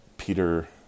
Peter